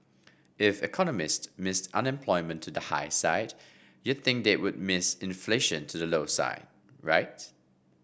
if economist missed unemployment to the high side you'd think they would miss inflation to the low side right